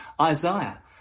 Isaiah